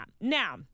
Now